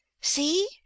See